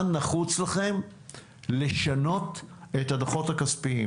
נחוץ לכם על מנת לשנות את הדוחות הכספיים.